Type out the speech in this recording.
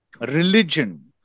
religion